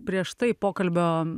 prieš tai pokalbio